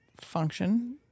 function